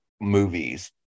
movies